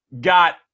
got